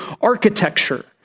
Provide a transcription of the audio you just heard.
architecture